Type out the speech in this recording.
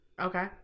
Okay